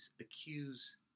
accuse